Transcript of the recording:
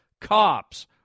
cops